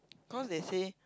cause they say